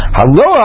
Hello